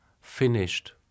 finished